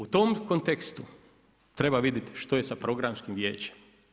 U tom kontekstu treba vidjeti što je sa Programskim vijećem.